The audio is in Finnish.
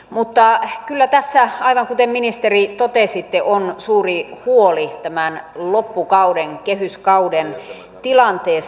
mutta kyllä tässä aivan kuten ministeri totesitte on suuri huoli tämän loppukauden kehyskauden tilanteesta